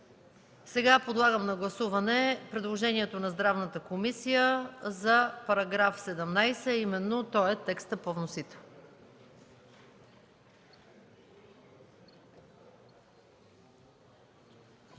Сега подлагам на гласуване предложението на Здравната комисия за § 17, а именно това е текстът по вносител.